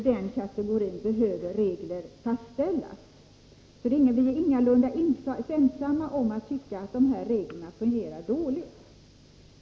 Vi är ingalunda ensamma om att tycka att dessa regler fungerar dåligt.